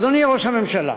אדוני ראש הממשלה,